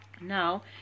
Now